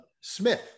Smith